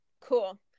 cool